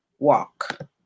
walk